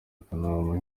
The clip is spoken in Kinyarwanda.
akanama